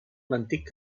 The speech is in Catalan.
l’antic